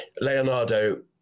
Leonardo